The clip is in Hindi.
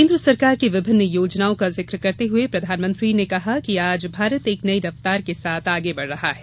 केन्द्र सरकार की विभिन्न योजनाओं का जिक्र करते हुए प्रधानमंत्री ने कहा आज भारत एक नयी रफ्तार के साथ आगे बढ़ रहा है